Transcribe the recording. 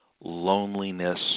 loneliness